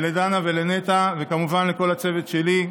לדנה ולנטע וכמובן לכל הצוות שלי.